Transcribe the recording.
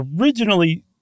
originally